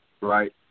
right